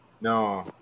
No